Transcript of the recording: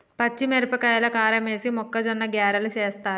పచ్చిమిరపకాయల కారమేసి మొక్కజొన్న గ్యారలు చేస్తారు